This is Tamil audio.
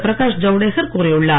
பிரகாஷ் ஜவுடேகர் கூறியுள்ளார்